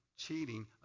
cheating